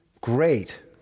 Great